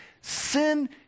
Sin